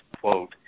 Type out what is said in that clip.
quote